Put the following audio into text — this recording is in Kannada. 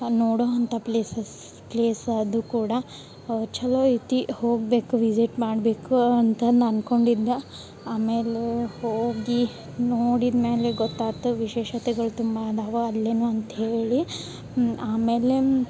ನೋಡುವಂಥ ಪ್ಲೇಸಸ್ ಪ್ಲೇಸ್ ಅದು ಕೂಡ ಛಲೋ ಐತಿ ಹೋಗ್ಬೇಕು ವಿಸಿಟ್ ಮಾಡಬೇಕು ಅಂತನ ಅನ್ಕೊಂಡಿದ್ದ ಆಮೇಲೆ ಹೋಗಿ ನೋಡಿದ್ಮ್ಯಾಲೆ ಗೊತ್ತಾತ ವಿಶೇಷತೆಗಳು ತುಂಬ ಅದಾವ ಅಲ್ಲಿನು ಅಂತ್ಹೇಳಿ ಆಮೇಲೆ